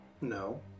No